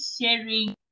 sharing